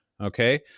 okay